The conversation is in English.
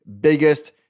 biggest